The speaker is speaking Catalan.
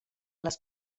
les